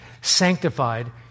sanctified